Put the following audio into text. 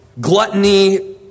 gluttony